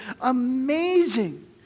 amazing